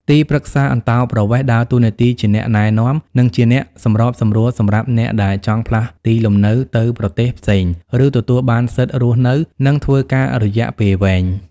ទីប្រឹក្សាអន្តោប្រវេសន៍ ដើរតួនាទីជាអ្នកណែនាំ និងជាអ្នកសម្របសម្រួលសម្រាប់អ្នកដែលចង់ផ្លាស់ទីលំនៅទៅប្រទេសផ្សេង ឬទទួលបានសិទ្ធិរស់នៅ និងធ្វើការរយៈពេលវែង។